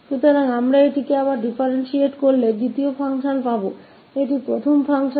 तो हमने इसे डिफ्रेंटिट टुक्रो मे किआ है इसको दूसरा फंक्शन समझ कर यह पैहला फंक्शन है